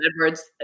Edwards